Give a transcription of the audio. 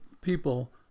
people